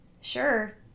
Sure